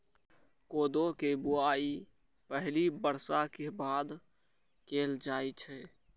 कोदो के बुआई पहिल बर्षा के बाद कैल जाइ छै